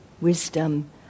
wisdom